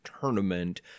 tournament